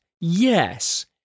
yes